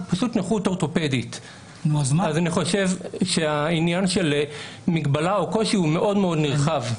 אני חושב שהעניין של מגבלה או קושי הוא מאוד מאוד נרחב.